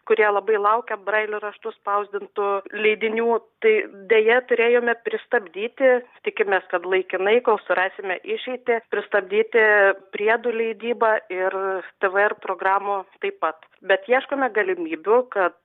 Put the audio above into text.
kurie labai laukia brailio raštu spausdintų leidinių tai deja turėjome pristabdyti tikimės kad laikinai kol surasime išeitį pristabdyti priedų leidybą ir tv ir programų taip pat bet ieškome galimybių kad